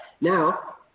Now